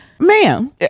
Ma'am